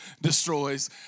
destroys